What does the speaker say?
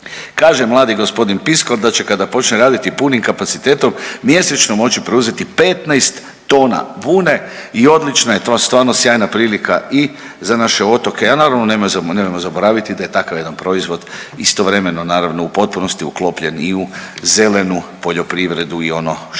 Kaže mladi g. Piskor da će kada počne raditi punim kapacitetom mjesečno moći preuzeti 15 tona vune i odlična je to, stvarno sjajna prilika i za naše otoke, a naravno nemojmo zaboraviti da je takav jedan proizvod istovremeno naravno u potpunosti uklopljen i u zelenu poljoprivredu i ono što